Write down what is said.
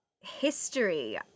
history